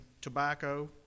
tobacco